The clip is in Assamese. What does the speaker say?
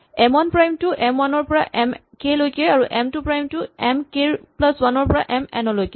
এম ৱান প্ৰাইম টো এম ৱান ৰ পৰা এম কে লৈকে আৰু এম টু প্ৰাইম টো এম কে প্লাচ ৱান ৰ পৰা এম এন লৈকে